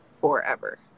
forever